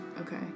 okay